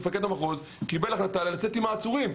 מפקד המחוז קיבל החלטה להוציא עצורים.